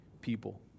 people